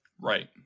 Right